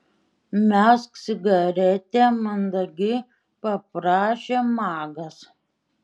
mesk cigaretę mandagiai paprašė magas